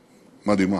מדהימה.